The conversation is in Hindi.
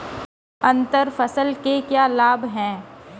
अंतर फसल के क्या लाभ हैं?